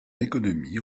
économie